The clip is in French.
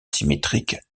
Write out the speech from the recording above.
asymétriques